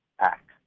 act